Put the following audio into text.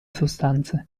sostanze